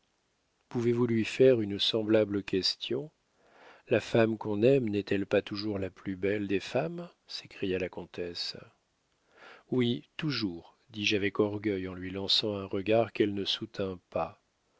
pouvez-vous lui faire une semblable question la femme qu'on aime n'est-elle pas toujours la plus belle des femmes s'écria la comtesse oui toujours dis-je avec orgueil en lui lançant un regard qu'elle ne soutint pas